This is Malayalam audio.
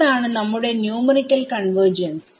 അതാണ് നമ്മുടെ ന്യൂമറിക്കൽ കൺവെർജൻസ്